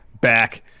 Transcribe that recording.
Back